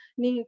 ni